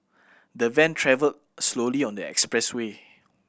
the van travelled slowly on the expressway